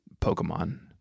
Pokemon